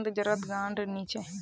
कंद जड़त गांठ नी ह छ